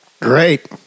Great